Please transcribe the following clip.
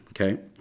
okay